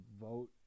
vote